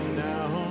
now